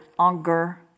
anger